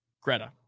Greta